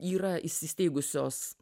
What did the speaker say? yra įsisteigusios